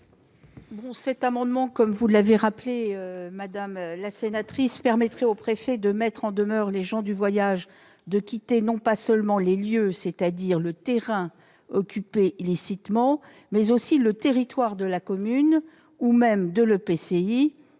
Cet amendement, comme vous l'avez rappelé, madame la sénatrice, permettrait en effet au préfet de mettre en demeure les gens du voyage de quitter non pas seulement les lieux, c'est-à-dire le terrain occupé illicitement, mais aussi le territoire de la commune, voire de l'EPCI,